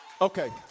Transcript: Okay